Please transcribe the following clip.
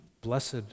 Blessed